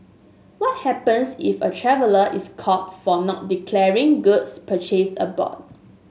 what happens if a traveller is caught for not declaring goods purchased aboard